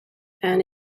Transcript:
and